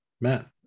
Matt